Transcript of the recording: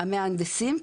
המהנדסים,